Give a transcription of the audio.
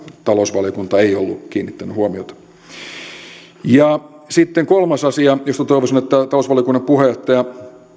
talousvaliokunta ei ollut kiinnittänyt huomiota sitten kolmas asia jota toivoisin että talousvaliokunnan puheenjohtaja